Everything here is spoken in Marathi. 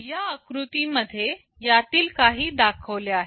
या आकृती मध्ये यातील काही दाखवले आहे